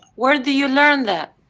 where do you learn that.